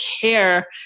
care